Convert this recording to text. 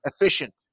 efficient